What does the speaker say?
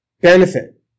benefit